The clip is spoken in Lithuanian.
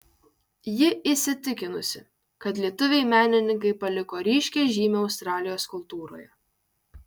ji įsitikinusi kad lietuviai menininkai paliko ryškią žymę australijos kultūroje